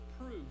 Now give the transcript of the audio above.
proof